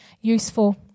useful